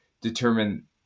determine